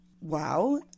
wow